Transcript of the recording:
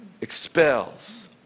expels